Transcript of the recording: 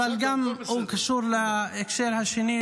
אבל הוא גם קשור להקשר השני,